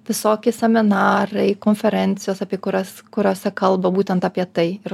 visoki seminarai konferencijos apie kurias kuriose kalba būtent apie tai ir